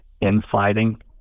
infighting